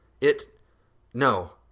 It—no